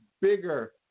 bigger